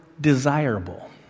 desirable